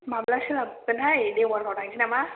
माब्ला सोलाबगोनहाय देवबारफ्राव थांसै नामा